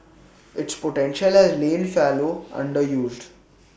its potential has lain fallow underused